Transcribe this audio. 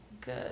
Good